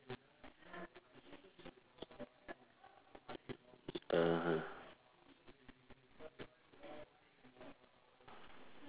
mm (uh huh)